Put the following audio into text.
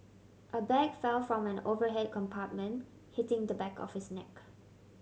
a bag fell from an overhead compartment hitting the back of his neck